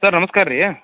sir ನಮಸ್ಕಾರ ರೀ